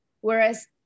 whereas